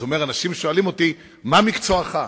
אומר: אנשים שואלים אותי מה מקצועך,